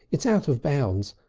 it's out of bounds.